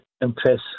impress